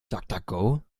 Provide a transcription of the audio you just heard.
duckduckgo